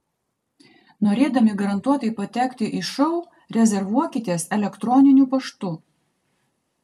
norėdami garantuotai patekti į šou rezervuokitės elektroniniu paštu